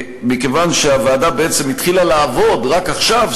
הוועדה בעצם התחילה לעבוד רק עכשיו,